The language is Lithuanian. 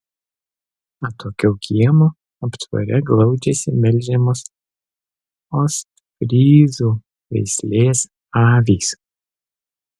atokiau kiemo aptvare glaudžiasi melžiamos ostfryzų veislės avys